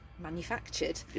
manufactured